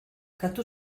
katu